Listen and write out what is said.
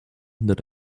that